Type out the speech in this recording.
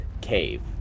cave